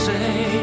Say